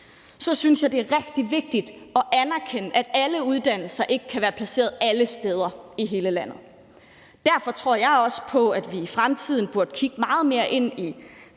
Så synes jeg, at det er rigtig vigtigt at anerkende, at alle uddannelser ikke kan være placeret alle steder i hele landet. Derfor tror jeg også på, at vi i fremtiden burde kigge meget mere ind i